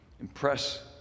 Impress